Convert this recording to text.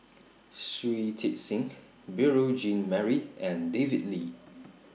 Shui Tit Sing Beurel Jean Marie and David Lee